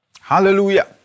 Hallelujah